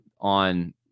on